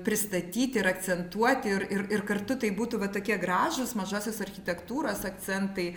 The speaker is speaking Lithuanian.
pristatyt ir akcentuoti ir ir ir kartu tai būtų va tokie gražūs mažosios architektūros akcentai